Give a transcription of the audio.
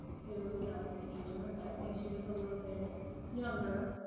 who is now a teenager, but when she was a little bit younger,